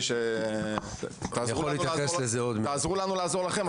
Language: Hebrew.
מה שנקרא, תעזרו לנו לעזור לכם.